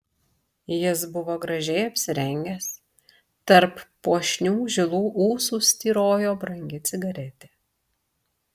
jis buvo gražiai apsirengęs tarp puošnių žilų ūsų styrojo brangi cigaretė